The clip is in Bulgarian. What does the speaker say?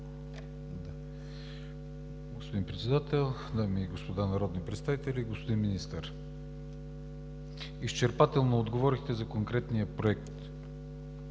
Господин Председател, дами и господа народни представители! Господин Министър, изчерпателно отговорихте за конкретния проект,